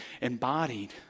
embodied